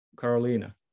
Carolina